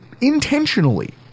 intentionally